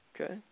Okay